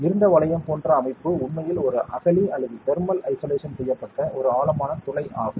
இருண்ட வளையம் போன்ற அமைப்பு உண்மையில் ஒரு அகழி அல்லது தெர்மல் ஐசோலேஷன் செய்யப்பட்ட ஒரு ஆழமான துளை ஆகும்